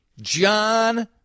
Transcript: John